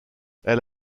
elle